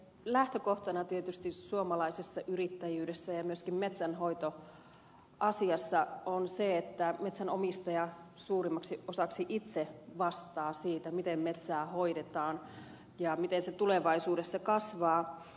lähtökohtana tietysti suomalaisessa yrittäjyydessä ja myöskin metsänhoitoasiassa on se että metsänomistaja suurimmaksi osaksi itse vastaa siitä miten metsää hoidetaan ja miten se tulevaisuudessa kasvaa